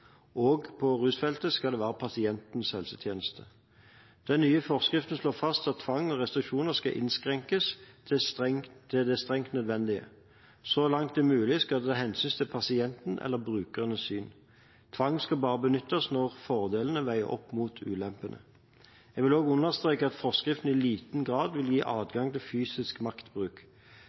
på rusfeltet skal det være pasientens helsetjeneste. Den nye forskriften slår fast at tvang og restriksjoner skal innskrenkes til det strengt nødvendige. Så langt det er mulig, skal det tas hensyn til pasienten eller brukernes syn. Tvang skal bare benyttes når fordelene veier opp for ulempene. Jeg vil også understreke at forskriften i liten grad vil gi adgang til fysisk maktbruk.